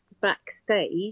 backstage